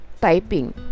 typing